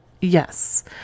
Yes